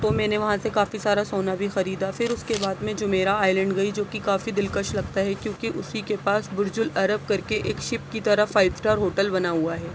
تو میں نے وہاں سے کافی سارا سونا بھی خریدا پھر اس کے بعد میں جومیرا آئیلینڈ گئی جو کہ کافی دلکش لگتا ہے کیوں کہ اسی کے پاس برج العرب کر کے ایک شپ کی طرح فائو اسٹار ہوٹل بنا ہوا ہے